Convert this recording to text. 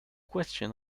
question